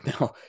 Now